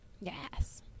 yes